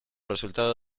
resultado